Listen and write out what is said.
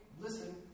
listen